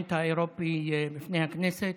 הפרלמנט האירופי בפני הכנסת,